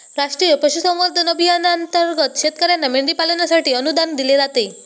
राष्ट्रीय पशुसंवर्धन अभियानांतर्गत शेतकर्यांना मेंढी पालनासाठी अनुदान दिले जाते